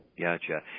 Gotcha